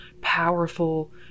powerful